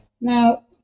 Now